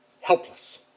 helpless